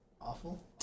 Awful